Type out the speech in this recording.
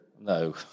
No